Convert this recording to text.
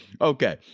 Okay